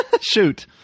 Shoot